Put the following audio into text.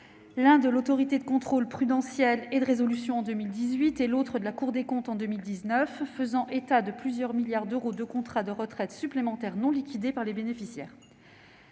l'un de l'Autorité de contrôle prudentiel et de résolution, en 2018, l'autre de la Cour des comptes, en 2019, faisant état de plusieurs milliards d'euros d'encours de contrats de retraite supplémentaire non liquidés. Si la déshérence